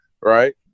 right